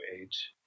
age